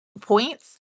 points